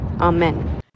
amen